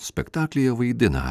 spektaklyje vaidina